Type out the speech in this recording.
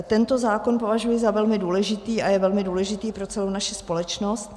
Tento zákon považuji za velmi důležitý a je velmi důležitý pro celou naši společnost.